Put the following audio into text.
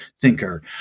thinker